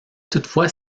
toutefois